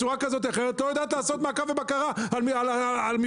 לא יודעת לעשות מעקב ובקרה על מכרזים.